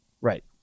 Right